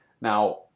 Now